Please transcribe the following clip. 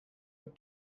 but